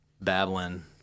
babbling